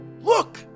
Look